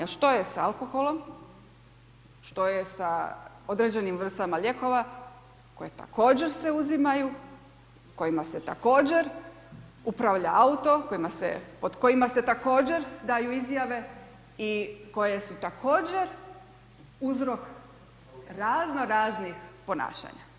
A što je sa alkoholom, što se sa određenim vrstama lijekova, koji također se uzimaju, kojima se također upravlja auto, pod kojima se također daju izjave i koje su također uzrok razno raznih ponašanja.